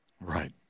Right